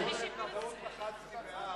בטעות לחצתי בעד.